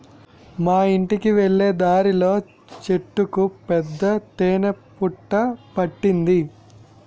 మా యింటికి వెళ్ళే దారిలో చెట్టుకు పెద్ద తేనె పట్టు పట్టింది